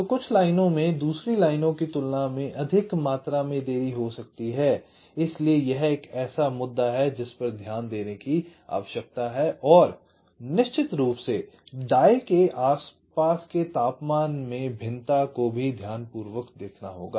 तो कुछ लाइनों में दूसरी लाइनों की तुलना में अधिक मात्रा में देरी हो सकती है तो इसलिए यह एक ऐसा मुद्दा है जिस पर ध्यान देने की आवश्यकता है और निश्चित रूप से डाई के आस पास के तापमान में भिन्नता को भी ध्यानपूर्वक देखना होगा